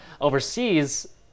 Overseas